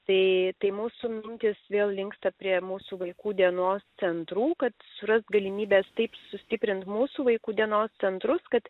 tai tai mūsų mintys vėl linksta prie mūsų vaikų dienos centrų kad surast galimybes taip sustiprint mūsų vaikų dienos centrus kad